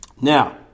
Now